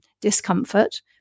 discomfort